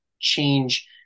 change